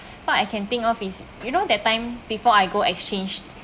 what I can think of is you know that time before I go exchange